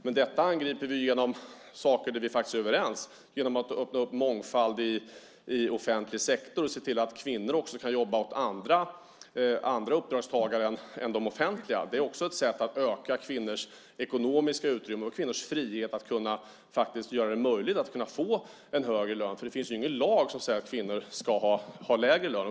Men detta angriper vi genom sådant som vi är överens om - genom att öppna upp mångfald i offentlig sektor och se till att kvinnor också kan jobba åt andra arbetsgivare än de offentliga. Det är också ett sätt att öka kvinnors ekonomiska utrymme, kvinnors frihet och deras möjlighet att få högre lön. Det finns ju ingen lag som säger att kvinnor ska ha lägre lön.